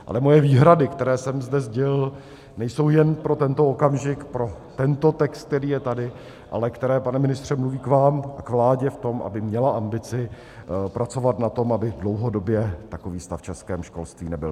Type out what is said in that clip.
Ale moje výhrady, které jsem zde sdělil, nejsou jen pro tento okamžik, pro tento text, který je tady, ale které, pane ministře, mluví k vám, k vládě v tom, aby měla ambici pracovat na tom, aby dlouhodobě takový stav v českém školství nebyl.